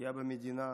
פגיעה במדינה.